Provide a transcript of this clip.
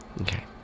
okay